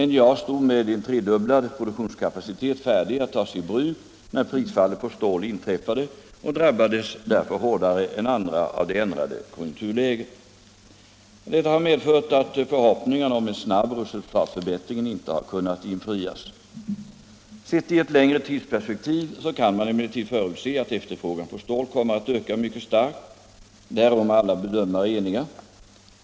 NJA stod med en tredubblad produktionskapacitet färdig att tas i bruk när prisfallet på stål inträffade och drabbades därför hårdare än andra av det ändrade konjunkturläget. Detta har medfört att förhoppningarna om en snabb resultatförbättring inte har kunnat infrias. Sett i ett längre tidsperspektiv kan man emellertid förutse att efterfrågan på stål kommer att öka mycket starkt. Därom är alla bedömare eniga.